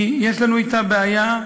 יש לנו אתה בעיה,